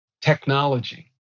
technology